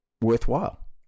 worthwhile